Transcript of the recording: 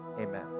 Amen